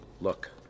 Look